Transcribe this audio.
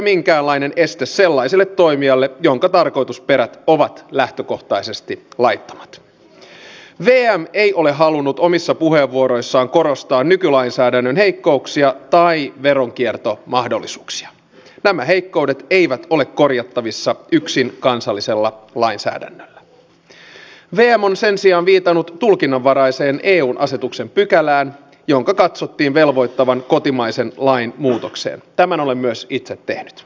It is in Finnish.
suurimmassa osassa suomea palo ja pelastustoimi on järjestetty vapaaehtoisten ja sivutoimisten palomiesten varaan ja jos meillä tulee sellainen tilanne että jostakin syystä meillä ei enää ole riittävän toimintakykyisiä ja motivoituneita vapaaehtoisia pelastuspuolen ihmisiä niin me tulemme siihen tilanteeseen että todella radikaalisti meidän kansalaisten turvallisuus heikkenee